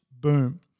boom